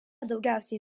daugiausia